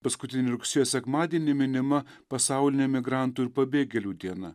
paskutinį rugsėjo sekmadienį minima pasaulinė migrantų ir pabėgėlių diena